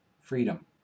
freedom